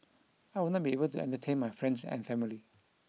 I will not be able to entertain my friends and family